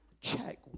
Check